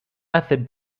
method